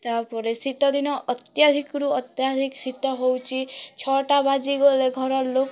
ତା'ପରେ ଶୀତଦିନ ଅତ୍ୟାଧିକରୁ ଅତ୍ୟାଧିକ ଶୀତ ହେଉଛି ଛଅଟା ବାଜିଗଲେ ଘରଲୋକ